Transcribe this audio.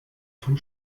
vom